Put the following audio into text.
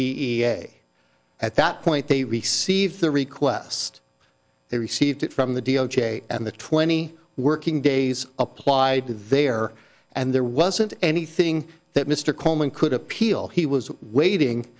a at that point they received the request they received it from the d o j and the twenty working days apply there and there wasn't anything that mr coleman could appeal he was waiting